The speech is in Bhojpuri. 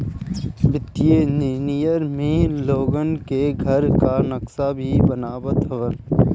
वित्तीय इंजनियर में लोगन के घर कअ नक्सा भी बनावत हवन